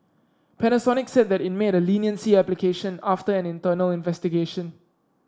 Panasonic said that it made a leniency application after an internal investigation